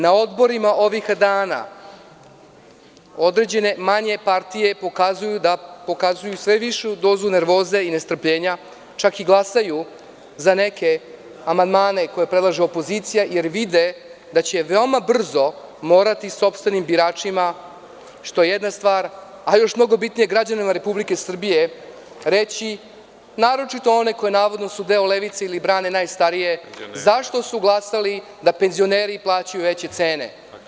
Na odborima ovih dana određene manje partije pokazuju sve višu dozu nervoze i nestrpljenja, čak i glasaju za neke amandmane koje predlaže opozicija, jer vide da će veoma brzo morati sopstvenim biračima, što je jedna stvar, a još mnogo bitnije, građanima Republike Srbije, reći, naročito oni koji su navodno deo levice ili brane najstarije, zašto su glasali da penzioneri plaćaju veće cene.